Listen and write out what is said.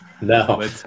no